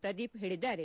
ಪ್ರದೀಪ್ ಹೇಳಿದ್ದಾರೆ